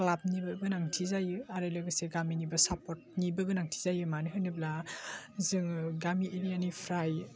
ख्लाबनिबो गोनांथि जायो आरो लोगोसे गामिनिबो साफर्दनिबो गोनांथि जायो मानो होनोब्ला जोङो गामि एरियानिफ्राय